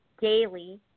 daily